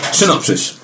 synopsis